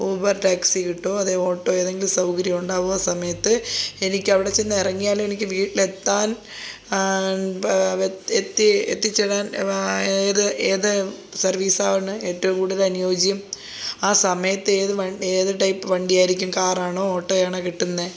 Uber taxi കിട്ടുമോ അതോ auto ഏതെങ്കിലും സൗകര്യമുണ്ടാകുമോ ആ സമയത്ത് എനിക്ക് അവിടെ ചെന്ന് ഇറങ്ങിയാലും എനിക്ക് വീട്ടിലെത്താൻ എത്തി എത്തിച്ചേരാൻ ഏത് ഏത് സർവീസാണ് ഏറ്റവും കൂടുതൽ അനുയോജ്യം ആ സമയത്ത് ഏത് ഏത് ടൈപ്പ് വണ്ടി ആയിരിക്കും കാറാണോ ഓട്ടോയാണോ കിട്ടുന്നത്